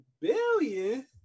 billion